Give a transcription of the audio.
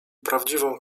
prawdziwą